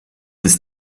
ist